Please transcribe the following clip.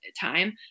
time